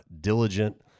diligent